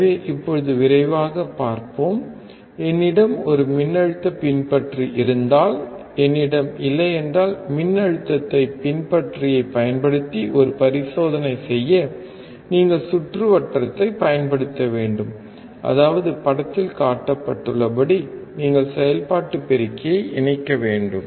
எனவே இப்போது விரைவாகப் பார்ப்போம் என்னிடம் ஒரு மின்னழுத்த பின்பற்றி இருந்தால் என்னிடம் இல்லையென்றால் மின்னழுத்தத்தைப் பின்பற்றியைப் பயன்படுத்தி ஒரு பரிசோதனை செய்ய நீங்கள் சுற்றுவட்டத்தைப் பயன்படுத்த வேண்டும் அதாவது படத்தில் காட்டப்பட்டுள்ளபடி நீங்கள் செயல்பாட்டு பெருக்கியை இணைக்க வேண்டும்